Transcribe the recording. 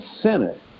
Senate